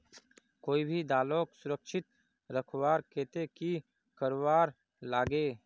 कोई भी दालोक सुरक्षित रखवार केते की करवार लगे?